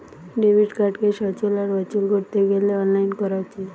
debit কার্ডকে সচল আর অচল কোরতে গ্যালে অনলাইন কোরা হচ্ছে